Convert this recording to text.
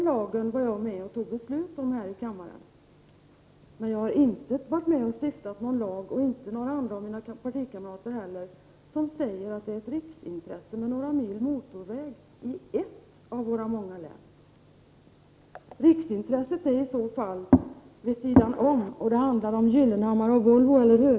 Jag var med om att fatta beslut om den lagen här i kammaren, men varken jag eller någon av mina partikamrater har varit med om att stifta någon lag som säger att några mil motorväg i ett av våra många län är ett riksintresse. ”Riksintresset” är i så fall något vid sidan om, och det handlar om Volvo och Gyllenhammar, eller hur?